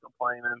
complaining